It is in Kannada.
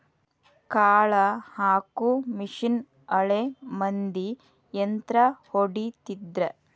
ಕಾಳ ಹಾಕು ಮಿಷನ್ ಹಳೆ ಮಂದಿ ಯಂತ್ರಾ ಹೊಡಿತಿದ್ರ